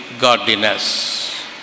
godliness